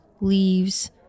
leaves